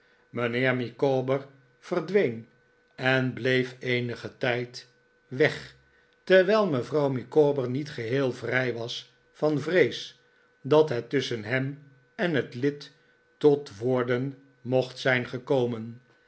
mijnheer micawber verdween en bleef mijnheer micawber nogmaals in wanhoop eenigen tijd weg terwijl mevrouw micawber niet geheel vrij was van vrees dat net tusschen hem en het lid tot woorden mocht zijn gekomen